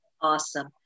Awesome